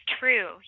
true